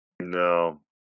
No